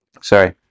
sorry